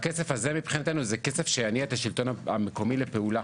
והכסף הזה מבחינתו זה כסף שיניע את השלטון המקומי לפעולה,